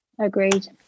agreed